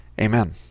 amen